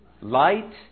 light